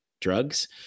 drugs